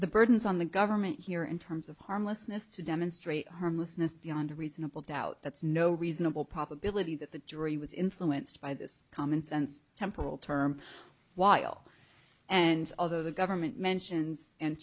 the burdens on the government here in terms of harmlessness to demonstrate harmlessness beyond a reasonable doubt that's no reasonable probability that the jury was influenced by this common sense temporal term while and although the government mentions and